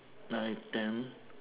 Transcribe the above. nine ten